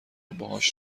باهاش